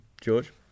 george